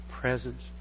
presence